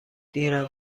دیرم